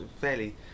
fairly